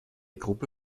gruppe